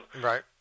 Right